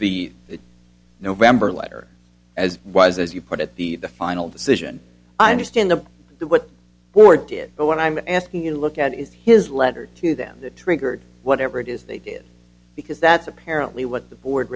the november letter as was as you put it the the final decision i understand of the what were did but what i'm asking you to look at is his letter to them that triggered whatever it is they did because that's apparently what the board